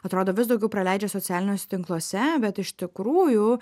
atrodo vis daugiau praleidžia socialiniuos tinkluose bet iš tikrųjų